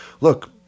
look